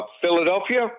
Philadelphia